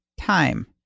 time